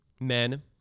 men